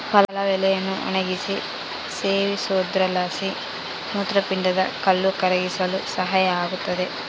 ಪಲಾವ್ ಎಲೆಯನ್ನು ಒಣಗಿಸಿ ಸೇವಿಸೋದ್ರಲಾಸಿ ಮೂತ್ರಪಿಂಡದ ಕಲ್ಲು ಕರಗಿಸಲು ಸಹಾಯ ಆಗುತ್ತದೆ